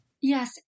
Yes